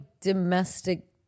domestic